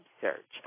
search